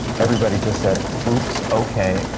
everybody just said, oops! okay,